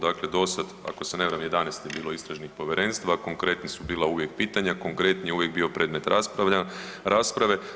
Dakle, do sad ako se ne varam 11 je bilo istražnih povjerenstava, konkretna su uvijek bila pitanja, konkretni je uvijek bio predmet rasprave.